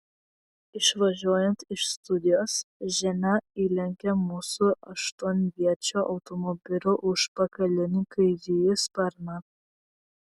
išvažiuojant iš studijos ženia įlenkė mūsų aštuonviečio automobilio užpakalinį kairįjį sparną